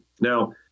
Now